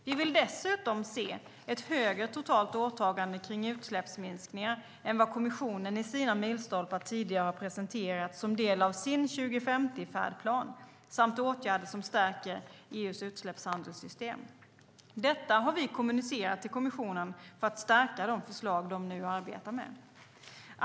Vi vill dessutom se ett högre totalt åtagande kring utsläppsminskningar än vad kommissionen i sina milstolpar tidigare har presenterat som del av sin 2050-färdplan samt åtgärder som stärker EU:s utsläppshandelssystem. Detta har vi kommunicerat till kommissionen för att stärka de förslag den nu arbetar med.